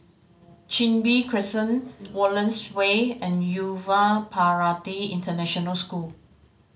Chin Bee Crescent Wallace Way and Yuva Bharati International School